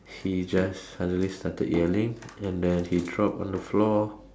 he just suddenly started yelling and then he drop on the floor